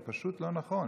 זה פשוט לא נכון.